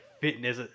fitness